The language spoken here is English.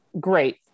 great